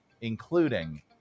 including